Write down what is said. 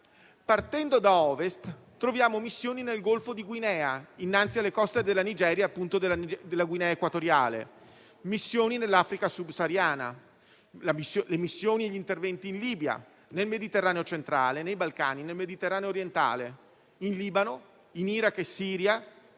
Partendo da Ovest, troviamo missioni nel Golfo di Guinea (innanzi alle coste della Nigeria e della Guinea Equatoriale), missioni nell'Africa subsahariana; le missioni e gli interventi in Libia, nel Mediterraneo centrale, nei Balcani, nel Mediterraneo Orientale, in Libano, in Iraq e Siria,